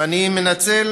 ואני מנצל